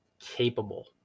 capable